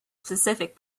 specific